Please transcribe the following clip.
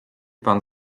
pan